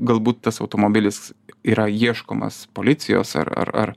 galbūt tas automobilis yra ieškomas policijos ar ar